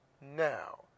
Now